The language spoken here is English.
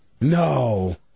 No